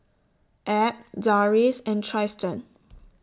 Ab Dorris and Trystan